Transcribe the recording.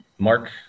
Mark